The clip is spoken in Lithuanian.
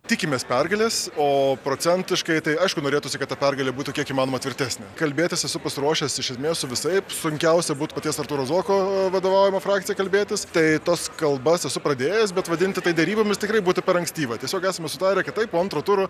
tikimės pergalės o procentiškai tai aišku norėtųsi kad ta pergalė būtų kiek įmanoma tvirtesnė kalbėtis esu pasiruošęs iš esmės su visaip sunkiausia būtų paties artūro zuoko vadovaujama frakcija kalbėtis tai tas kalbas esu pradėjęs bet vadinti tai derybomis tikrai būtų per ankstyva tiesiog esame sutarę kad taip po antro turo